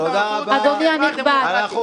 אדוני הנכבד.